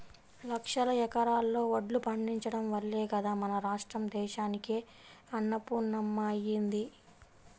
లక్షల ఎకరాల్లో వడ్లు పండించడం వల్లే గదా మన రాష్ట్రం దేశానికే అన్నపూర్ణమ్మ అయ్యింది